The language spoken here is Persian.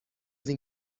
این